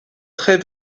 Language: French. très